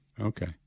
Okay